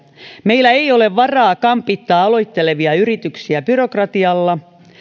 meillä ei ole varaa kampittaa aloittelevia yrityksiä byrokratialla